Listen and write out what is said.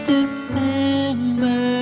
December